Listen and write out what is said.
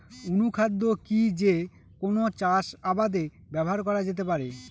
অনুখাদ্য কি যে কোন চাষাবাদে ব্যবহার করা যেতে পারে?